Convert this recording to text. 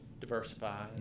diversify